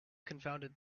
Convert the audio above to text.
confounded